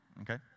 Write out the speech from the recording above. Okay